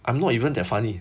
I'm not even that funny